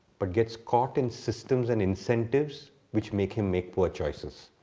but gets caught in systems and incentives which make him make poor choices.